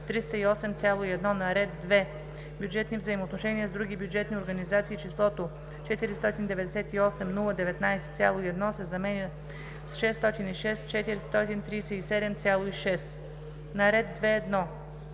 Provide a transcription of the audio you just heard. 308,1“. - на ред 2. Бюджетни взаимоотношения с други бюджетни организации числото „-498 019,1“ се заменя с „-606 437,6“. - на ред 2.1.